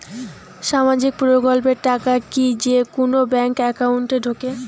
সামাজিক প্রকল্পের টাকা কি যে কুনো ব্যাংক একাউন্টে ঢুকে?